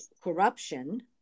corruption